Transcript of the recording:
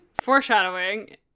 Foreshadowing